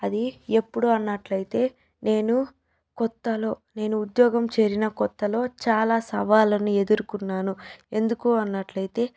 అది ఎప్పుడు అన్నట్లయితే నేను కొత్తలో నేను ఉద్యోగం చేరిన కొత్తలో చాలా సవాళ్ళను ఎదుర్కొన్నాను ఎందుకు అన్నట్లయితే